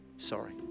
sorry